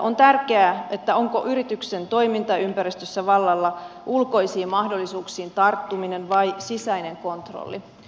on tärkeää onko yrityksen toimintaympäristössä vallalla ulkoisiin mahdollisuuksiin tarttuminen vai sisäinen kontrolli